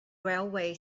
railway